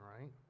right